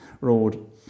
Road